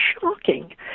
shocking